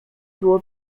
było